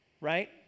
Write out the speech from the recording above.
Right